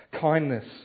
kindness